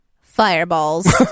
fireballs